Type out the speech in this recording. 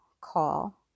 call